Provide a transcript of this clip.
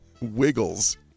Wiggles